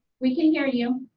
we can hear you.